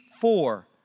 four